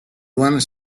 one